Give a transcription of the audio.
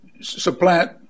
supplant